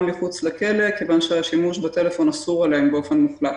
מחוץ לכלא כיוון שהשימוש בטלפון אסור עליהם באופן מוחלט.